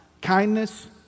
Kindness